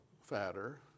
fatter